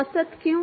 औसत क्यों